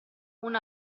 una